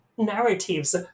narratives